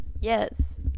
yes